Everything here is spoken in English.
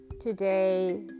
today